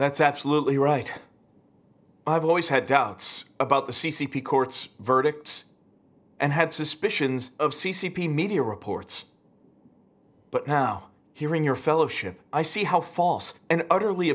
that's absolutely right i've always had doubts about the c c p courts verdicts and had suspicions of c c p media reports but now here in your fellowship i see how false and utterly